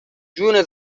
جون